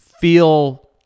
feel